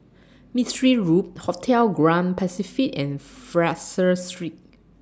Mistri Road Hotel Grand Pacific and Fraser Street